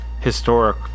historic